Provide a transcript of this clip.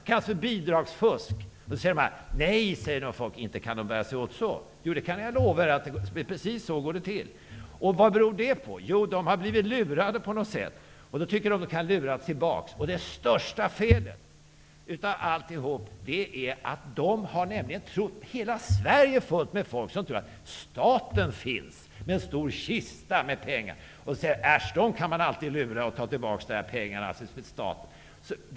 Det kallas för bidragsfusk. Nej, säger folk, inte kan man bära sig åt så. Jo, det kan jag lova er, precis så går det till. Vad beror det på? Jo, man har blivit lurad på något sätt, och då tycker man att man kan luras tillbaka. Det största felet av alla är nämligen att hela Sverige är fullt av folk som tror att staten har en stor kista med pengar. Därför säger man: Äsch, man kan alltid lura staten.